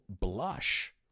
blush